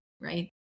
right